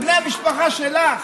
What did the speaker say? זה בני המשפחה שלך,